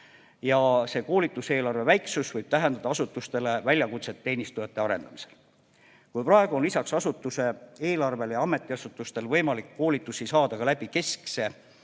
Ja koolituseelarve väiksus võib tähendada asutustele väljakutset teenistujate arendamisel. Kui praegu on lisaks asutuse eelarvele ametiasutustel võimalik koolitusi saada ka keskse